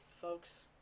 Folks